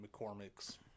McCormick's